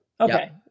okay